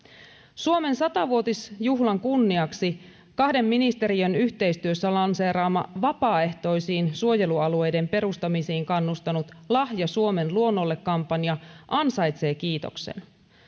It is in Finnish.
suomen sata vuotisjuhlan kunniaksi kahden ministeriön yhteistyössä lanseeraama vapaaehtoisiin suojelualueiden perustamisiin kannustanut lahja suomen luonnolle kampanja ansaitsee kiitoksen